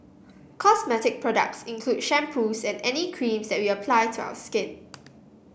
cosmetic products include shampoos and any creams that we apply to our skin